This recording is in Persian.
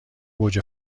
گوجه